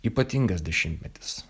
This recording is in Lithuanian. ypatingas dešimtmetis